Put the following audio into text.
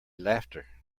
laughter